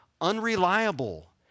unreliable